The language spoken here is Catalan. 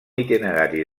itinerari